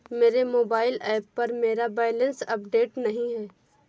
मेरे mobile app पर मेरा बैलेंस अपडेट नहीं है